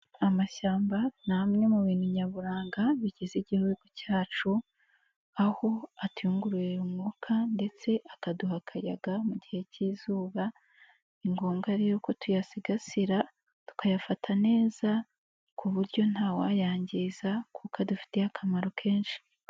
Amashyamba nimwe mu bintu nyaburanga bigize igihugu cyacu, aho atuyungururira umwuka ndetse akaduha akayaga mu gihe cy'izuba, ni ngombwa rero ko tuyasigasira, tukayafata neza ku buryo ntawayangiza kuko adufitiye akamaro kenshi.